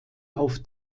auf